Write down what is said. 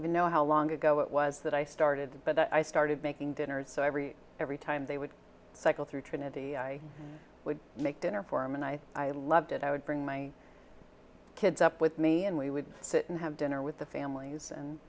even know how long ago it was that i started but i started making dinners so every every time they would cycle through trinity i would make dinner for him and i i loved it i would bring my kids up with me and we would sit and have dinner with the families and